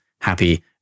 happy